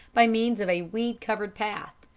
by means of a weed-covered path,